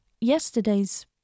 yesterday's